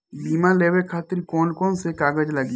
बीमा लेवे खातिर कौन कौन से कागज लगी?